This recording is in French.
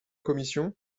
commission